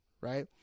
right